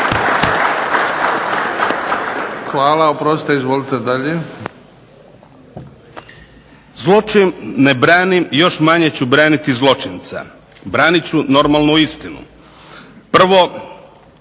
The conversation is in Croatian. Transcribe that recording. dalje. **Kajin, Damir (IDS)** Zločin ne branim još manje ću braniti zločinca. Branit ću normalno istinu. Prvo,